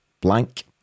blank